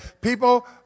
People